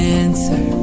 answer